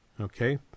Okay